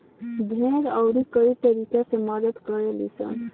भेड़ अउरी कई तरीका से मदद करे लीसन